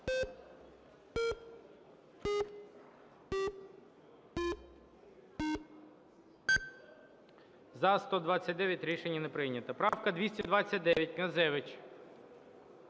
За-132 Рішення не прийнято. Правка 153, Князевич.